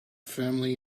firmly